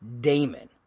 Damon